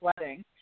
wedding